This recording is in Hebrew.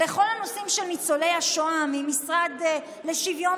לכל הנושאים של ניצולי השואה ממשרד לשוויון